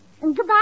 Goodbye